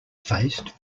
faced